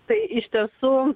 tai iš tiesų